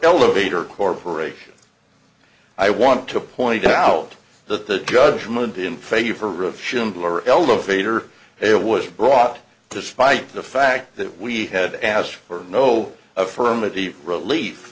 elevator corporation i want to point out that the judgment in favor of schindler elevator it was brought despite the fact that we had asked for no affirmative relief